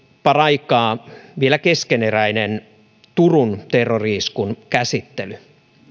paraikaa vielä keskeneräinen turun terrori iskun käsittely